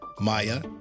Maya